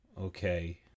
Okay